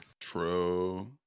True